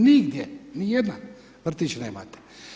Nigdje, ni jedna, vrtić nemate.